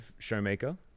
Showmaker